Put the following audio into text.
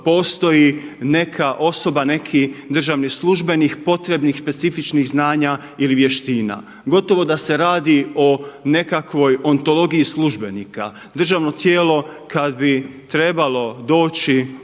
neka osoba, neki državni službenik potrebnih specifičnih znanja ili vještina. Gotovo da se radi o nekakvoj ontologiji službenika. Državno tijelo kada bi trebalo doći